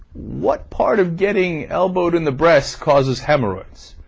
what part of getting elbowed in the breasts causes hemorrhoids